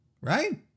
right